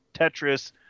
Tetris